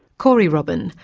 corey robin,